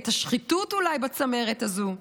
את השחיתות אולי בצמרת הזו.